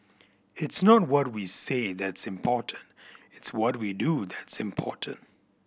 it's not what we say that's important it's what we do that's important